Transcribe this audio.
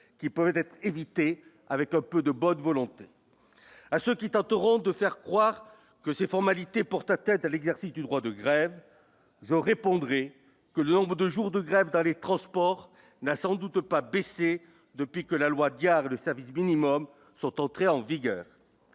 qui pourraient être évités avec un peu de bonne volonté à ceux qui tenteront de faire croire que ces formalités pour ta tête à l'exercice du droit de grève, je répondrai que le nombre de jours de grève dans les transports n'a sans doute pas baissé depuis que la loi diable s'avisent minimum sont entrées en vigueur